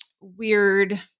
weird